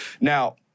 Now